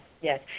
yes